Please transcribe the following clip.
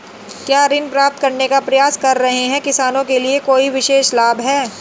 क्या ऋण प्राप्त करने का प्रयास कर रहे किसानों के लिए कोई विशेष लाभ हैं?